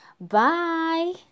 Bye